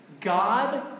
God